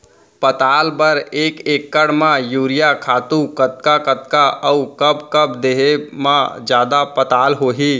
पताल बर एक एकड़ म यूरिया खातू कतका कतका अऊ कब कब देहे म जादा पताल होही?